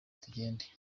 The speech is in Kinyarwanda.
tugende